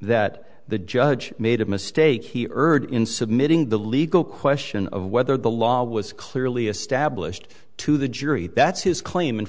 that the judge made a mistake he urged in submitting the legal question of whether the law was clearly established to the jury that's his claim